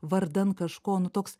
vardan kažko nu toks